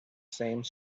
same